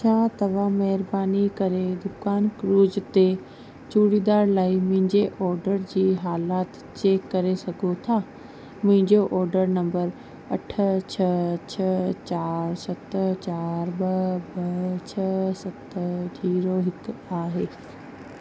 छा तव्हां महिरबानी करे दुकान क्लूज ते चूड़ीदार लाइ मुंहिंजे ऑडर जी हालति चैक करे सघो था मुंहिंजो ऑडर नंबर अठ छह छह चार सत चार ॿ ॿ छह सत जीरो हिकु आहे